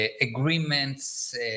agreements